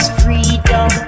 freedom